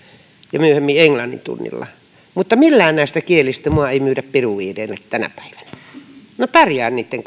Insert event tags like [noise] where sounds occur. ja myöhemmin englannin tunnilla mutta millään näistä kielistä minua ei myydä beduiineille tänä päivänä minä pärjään niitten [unintelligible]